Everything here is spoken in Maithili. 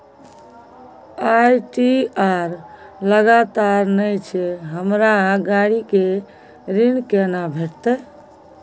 आई.टी.आर लगातार नय छै हमरा गाड़ी के ऋण केना भेटतै?